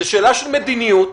זאת שאלה של מדיניות,